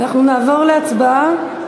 אנחנו נעבור להצבעה.